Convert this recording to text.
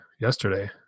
yesterday